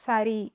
சரி